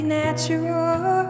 natural